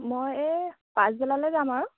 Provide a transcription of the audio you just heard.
মই এই পাছবেলালে যাম আৰু